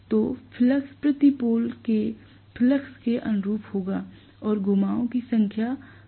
तो फ्लक्स प्रति पोल के फ्लक्स के अनुरूप होगा और घुमावों की संख्या हर चरण के लिए अनुरूप होगी